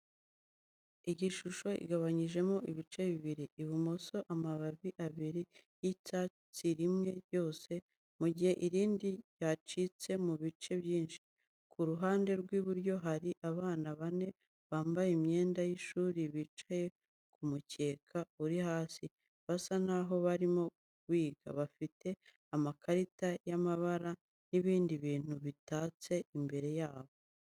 Iyi shusho igabanyijemo ibice bibiri. Ibumoso, amababi abiri y'icyatsi rimwe ryose, mu gihe irindi ryaciwe mu bice byinshi. Ku ruhande rw'iburyo, hari abana bane bambaye imyenda y'ishuri bicaye ku mukeka uri hasi, basa naho barimo biga, bafite amakarita y'amabara n'ibindi bintu bitatse imbere yabo.